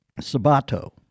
Sabato